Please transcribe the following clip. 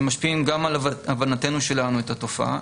הם משפיעים גם על הבנתנו שלנו את התופעה.